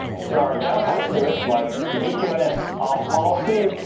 there are downsides to it like dqm and is off policy.